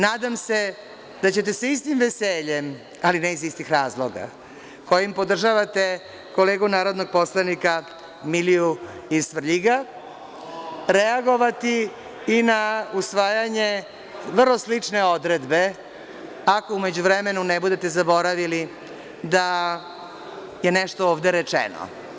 Nadam se da ćete sa istim veseljem, ali ne iz istih razloga kojim podržavate kolegu narodnog poslanika Miliju iz Svrljiga reagovati i na usvajanje vrlo slične odredbe, ako u međuvremenu ne budete zaboravili da je nešto ovde rečeno.